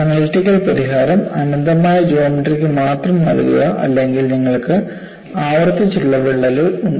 analytical പരിഹാരം അനന്തമായ ജോമട്രിക്ക് മാത്രം നൽകുക അല്ലെങ്കിൽ നിങ്ങൾക്ക് ആവർത്തിച്ചുള്ള വിള്ളലുകൾ ഉണ്ട്